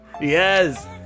Yes